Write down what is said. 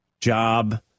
job